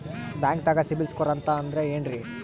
ಬ್ಯಾಂಕ್ದಾಗ CIBIL score ಅಂತ ಅಂದ್ರೆ ಏನ್ರೀ?